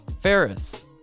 Ferris